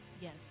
Yes